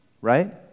right